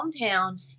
hometown